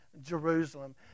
Jerusalem